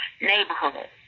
neighborhood